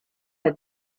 had